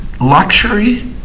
Luxury